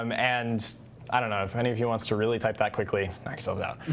um and i don't know, if any of you wants to really type that quickly, knock yourselves out.